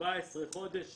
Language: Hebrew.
14 חודשים